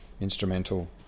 instrumental